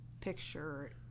picture